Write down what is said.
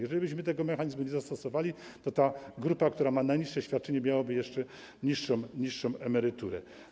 Jeżelibyśmy tego mechanizmu nie zastosowali, to grupa, która ma najniższe świadczenia, miałaby jeszcze niższą emeryturę.